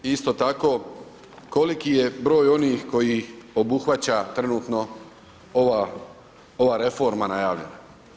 I isto tako, koliki je broj onih koji obuhvaća trenutno ova reforma najavljena?